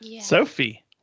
sophie